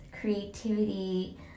creativity